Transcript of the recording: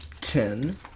ten